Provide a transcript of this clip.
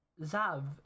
Zav